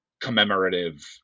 commemorative